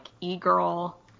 e-girl